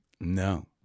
no